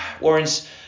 warren's